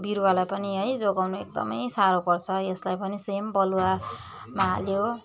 बिरुवालाई पनि है जोगाउनु एकदमै साह्रो पर्छ यसलाई पनि सेम बलुवामा हाल्यो